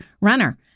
runner